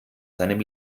seinem